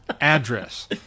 Address